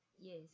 yes